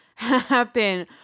happen